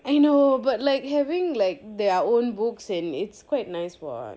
I know but like having like their own books in it's quite nice what